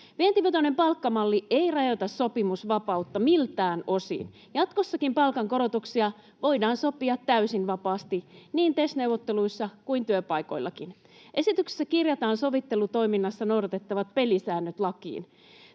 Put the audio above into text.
Vientivetoinen palkkamalli ei rajoita sopimusvapautta miltään osin. Jatkossakin palkankorotuksia voidaan sopia täysin vapaasti niin TES-neuvotteluissa kuin työpaikoillakin. Esityksessä kirjataan sovittelutoiminnassa noudatettavat pelisäännöt lakiin.